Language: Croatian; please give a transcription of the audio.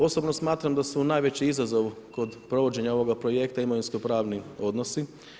Osobno smatram da su najveći izazov kod provođenja ovoga projekta imovinsko pravni odnosi.